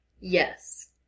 Yes